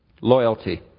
Loyalty